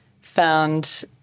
found